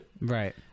Right